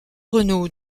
renault